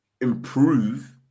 improve